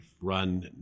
run